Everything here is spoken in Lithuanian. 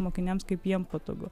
mokiniams kaip jiem patogu